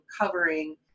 covering